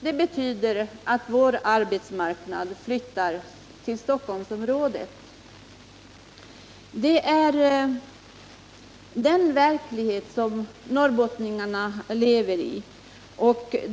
Det betyder att vår arbetsmarknad flyttar till Stockholmsområdet. Detta är den verklighet som norrbottningarna lever i.